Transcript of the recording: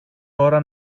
ώρα